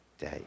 day